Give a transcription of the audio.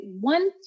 one